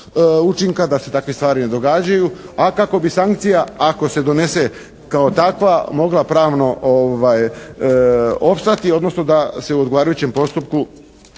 učinka da se takve stvari ne događaju, a kako bi sankcija ako se donese kao takva mogla pravno opstati, odnosno da se u odgovarajućem postupku